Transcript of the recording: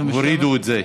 הורידו את זה.